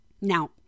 Now